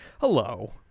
Hello